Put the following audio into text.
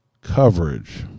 coverage